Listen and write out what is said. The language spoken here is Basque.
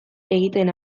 egiten